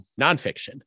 nonfiction